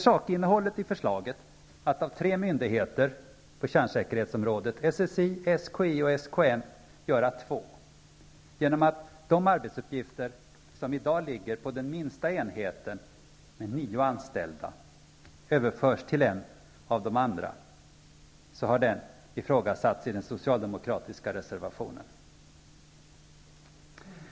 Sakinnehållet i förslaget, att av tre myndigheter på kärnsäkerhetsområdet, SSI, SKI och SKN, göra två genom att de arbetsuppgifter som i dag ligger på den minsta enheten med nio anställda överförs till en av de andra, har ifrågasatts i den socialdemokratiska reservationen.